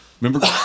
Remember